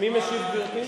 מי משיב, גברתי?